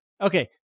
okay